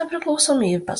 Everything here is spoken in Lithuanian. nepriklausomybės